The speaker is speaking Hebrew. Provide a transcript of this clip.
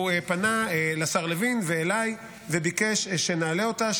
הוא פנה לשר לוין ואליי וביקש שנעלה אותה,